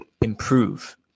improve